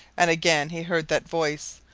and again he heard that voice,